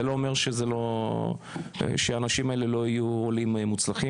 זה לא אומר שהאנשים האלה לא יהיו עולים מוצלחים.